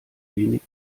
wenig